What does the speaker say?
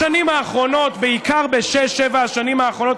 בשנים האחרונות, בעיקר בשש-שבע השנים האחרונות,